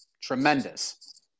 tremendous